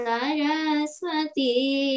Saraswati